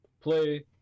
play